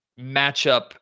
matchup